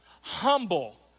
Humble